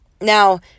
Now